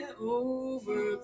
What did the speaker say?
over